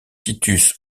titus